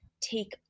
take